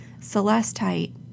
celestite